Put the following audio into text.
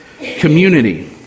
community